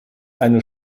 eine